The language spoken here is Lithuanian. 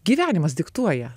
gyvenimas diktuoja